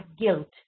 guilt